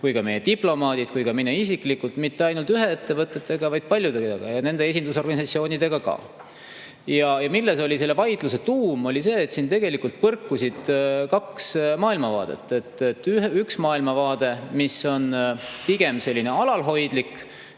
kui ka meie diplomaadid, samuti mina isiklikult mitte ainult ühe ettevõttega, vaid paljudega, ja nende esindusorganisatsioonidega ka. Milles on olnud selle vaidluse tuum? On olnud see, et siin tegelikult põrkuvad kaks maailmavaadet. Üks maailmavaade on pigem selline alalhoidlik